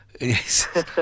Yes